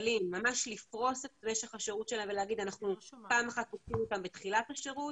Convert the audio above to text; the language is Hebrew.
פעם אחת פוגשים אותם בתחילת השירות,